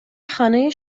خانه